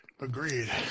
Agreed